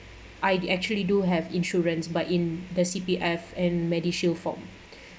I'd actually do have insurance but in the C_P_F and medishield form